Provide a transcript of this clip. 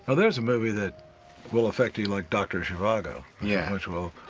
ah there is a movie that will affect you, like doctor zhivago, yeah which will.